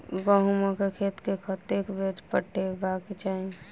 गहुंमक खेत केँ कतेक बेर पटेबाक चाहि?